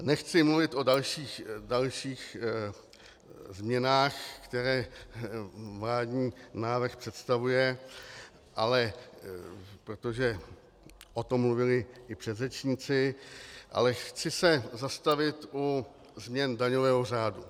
Nechci mluvit o dalších změnách, které vládní návrh představuje, protože o tom mluvili předřečníci, ale chci se zastavit u změn daňového řádu.